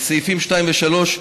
וסעיפים 2 ו-3,